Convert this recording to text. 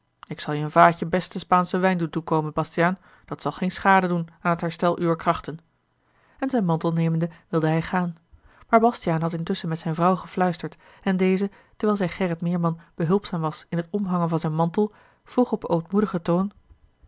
ik zal je een vaatje besten spaanschen wijn doen toekomen bastiaan dat zal geen schade doen aan t herstel uwer krachten en zijn mantel nemende wilde hij gaan maar bastiaan had intusschen met zijne vrouw gefluisterd en deze terwijl zij gerrit meerman behulpzaam was in het omhangen van zijn mantel vroeg op ootmoedigen toon